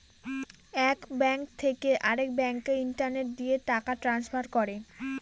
এক ব্যাঙ্ক থেকে আরেক ব্যাঙ্কে ইন্টারনেট দিয়ে টাকা ট্রান্সফার করে